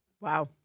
Wow